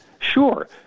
Sure